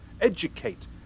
educate